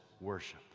worship